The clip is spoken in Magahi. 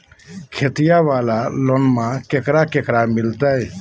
खेतिया वाला लोनमा केकरा केकरा मिलते?